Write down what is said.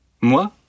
Moi